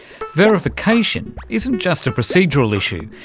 verification isn't just a procedural issue.